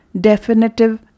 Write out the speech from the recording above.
definitive